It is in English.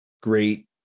great